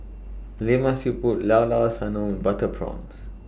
Lemak Siput Llao Llao Sanum Butter Prawns